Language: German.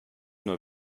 nur